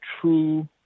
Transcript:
true